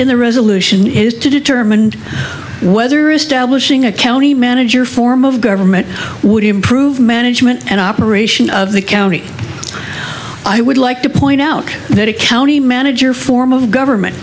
in the resolution is to determine whether establishing a county manager form of government would improve management and operation of the county i would like to point out that it county manager form of government